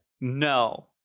no